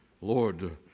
Lord